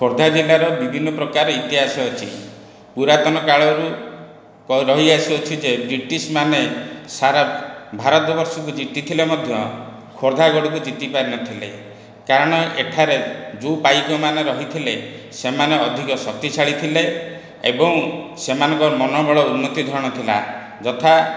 ଖୋର୍ଦ୍ଧା ଜିଲ୍ଲାର ବିଭିନ୍ନ ପ୍ରକାର ଇତିହାସ ଅଛି ପୁରାତନ କାଳରୁ ରହିଆସୁଅଛି ଯେ ବ୍ରିଟିଶ ମାନେ ସାରା ଭାରତବର୍ଷକୁ ଜିତିଥିଲେ ମଧ୍ୟ ଖୋର୍ଦ୍ଧାଗଡ଼କୁ ଜିତିପାରିନଥିଲେ କାରଣ ଏଠାରେ ଯେଉଁ ପାଇକମାନେ ରହିଥିଲେ ସେମାନେ ଅଧିକ ଶକ୍ତିଶାଳୀ ଥିଲେ ଏବଂ ସେମାନଙ୍କର ମନୋବଳ ଉନ୍ନତି ଧରଣ ଥିଲା ଯଥା